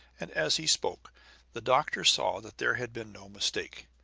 and as he spoke the doctor saw that there had been no mistake.